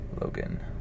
logan